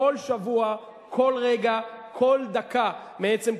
כל שבוע, כל רגע, כל דקה מעצם קיומה.